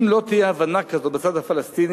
אם לא תהיה הבנה כזאת בצד הפלסטיני,